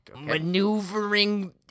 maneuvering